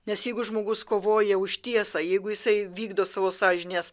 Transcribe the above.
nes jeigu žmogus kovoja už tiesą jeigu jisai vykdo savo sąžinės